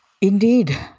Indeed